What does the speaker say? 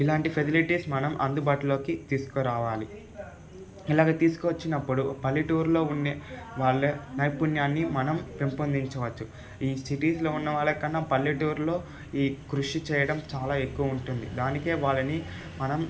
ఇలాంటి ఫెసిలిటీస్ మనం అందుబాటులోకి తీసుకు రావాలి ఇలా తీసుకొచ్చినప్పుడు పల్లెటూర్లో ఉండే వాళ్ళ నైపుణ్యాన్ని మనం పెంపొందించవచ్చు ఈ సిటీస్లో ఉన్న వాళ్ళకన్నా పల్లెటూరులో ఈ కృషి చేయడం చాలా ఎక్కువ ఉంటుంది దానికే వాళ్ళని మనం